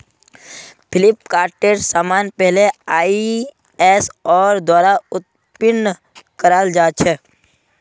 फ्लिपकार्टेर समान पहले आईएसओर द्वारा उत्तीर्ण कराल जा छेक